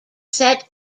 set